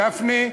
גפני,